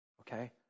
Okay